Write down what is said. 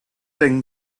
thing